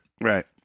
right